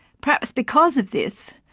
perhaps because of this,